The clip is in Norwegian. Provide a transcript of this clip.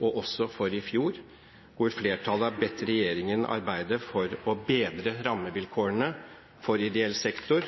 og for i fjor, hvor flertallet har bedt regjeringen arbeide for å bedre rammevilkårene for ideell sektor.